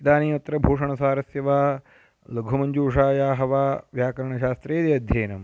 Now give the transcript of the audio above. इदानीत्र भूषणसारस्य वा लघुमञ्जूषायाः वा व्याकरणशास्त्रे यदि अध्ययनं